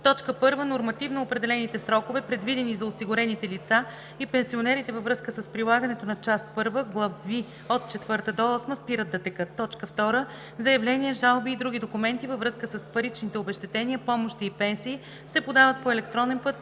1. нормативно определените срокове, предвидени за осигурените лица и пенсионерите, във връзка с прилагането на част първа, глави от четвърта до осма спират да текат; 2. заявления, жалби и други документи във връзка с паричните обезщетения, помощи и пенсии се подават по електронен път